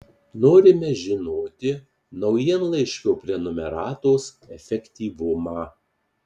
norime žinoti naujienlaiškio prenumeratos efektyvumą